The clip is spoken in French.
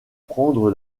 prendre